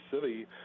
city